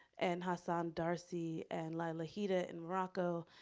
and hassan darsi and laila hida in morocco.